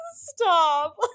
stop